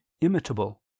imitable